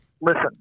Listen